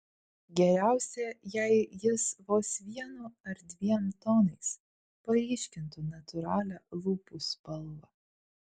geriausia jei jis vos vienu ar dviem tonais paryškintų natūralią lūpų spalvą